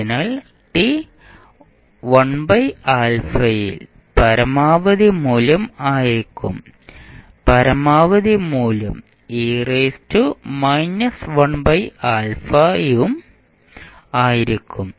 അതിനാൽ t 1α ൽ പരമാവധി മൂല്യം ആയിരിക്കും പരമാവധി മൂല്യം ഉം ആയിരിക്കും